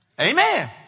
Amen